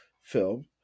film